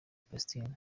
palestine